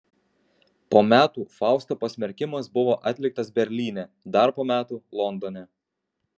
po metų fausto pasmerkimas buvo atliktas berlyne dar po metų londone